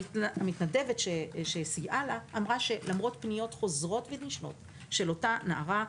המתנדבת שסייעה לה אמרה שלמרות פניות חוזרות ונשנות של אותה נערה,